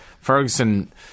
Ferguson